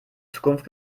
zukunft